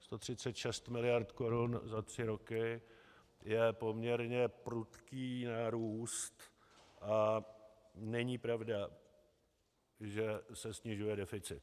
Sto třicet šest miliard korun za tři roky je poměrně prudký nárůst a není pravda, že se snižuje deficit.